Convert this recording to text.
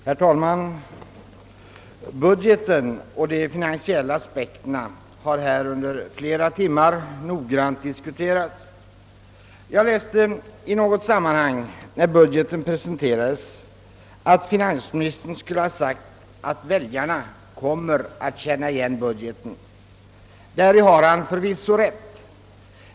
Herr talman! Budgeten och de finansiella aspekterna har under flera timmar noggrant diskuterats. Jag läste i något sammanhang när budgeten presenterades att finansministern skulle ha sagt, att väljarna kommer att känna igen budgeten. Däri har han förvisso rätt.